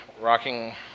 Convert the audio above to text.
Rocking